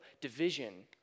division